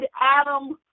Adam